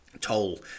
Toll